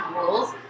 rules